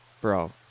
bro